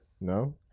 No